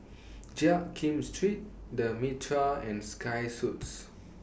Jiak Kim Street The Mitraa and Sky Suits